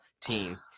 team